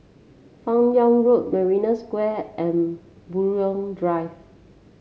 Fan Yoong Road Marina Square and Buroh Drive